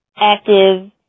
active